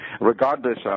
regardless